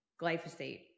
glyphosate